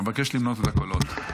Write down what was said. אבקש למנות את הקולות.